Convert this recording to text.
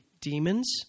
demons